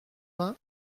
vingt